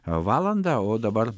valandą o dabar